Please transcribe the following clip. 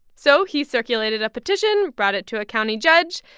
so he circulated a petition, brought it to a county judge,